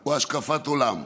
או על השקפת עולם.